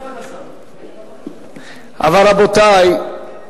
אבל, רבותי,